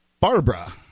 Barbara